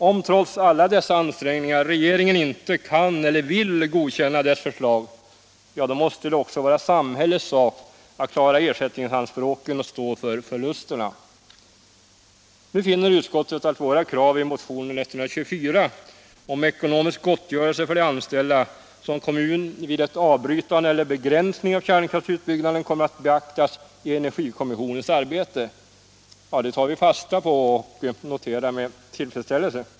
Om, trots alla dessa ansträngningar, regeringen inte kan eller vill godkänna dess förslag, då måste det också vara samhällets sak att klara ersättningsanspråket och stå för förlusterna. Nu finner utskottet att våra krav i motionen 124 om ekonomisk gottgörelse för de anställda samt kommuner vid avbrytande eller begränsning av kärnkraftsutbyggnaden kommer att beaktas i energikommissionens arbete. Det tar vi fasta på och noterar med tillfredsställelse.